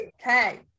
Okay